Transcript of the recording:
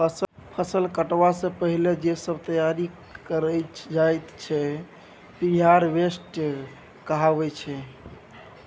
फसल कटबा सँ पहिने जे सब तैयारी कएल जाइत छै प्रिहारवेस्ट कहाबै छै